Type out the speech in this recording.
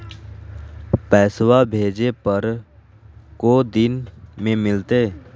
पैसवा भेजे पर को दिन मे मिलतय?